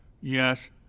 yes